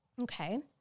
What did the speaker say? Okay